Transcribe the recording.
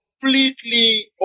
completely